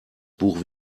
buch